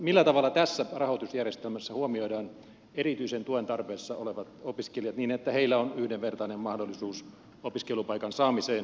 millä tavalla tässä rahoitusjärjestelmässä huomioidaan erityisen tuen tarpeessa olevat opiskelijat niin että heillä on yhdenvertainen mahdollisuus opiskelupaikan saamiseen ja opinnoissa etenemiseen